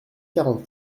quarante